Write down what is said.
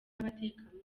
abatekamutwe